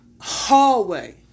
hallway